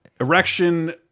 erection